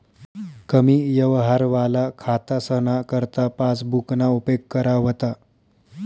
कमी यवहारवाला खातासना करता पासबुकना उपेग करा व्हता